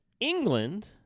England